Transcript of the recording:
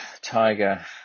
Tiger